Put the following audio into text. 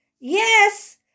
Yes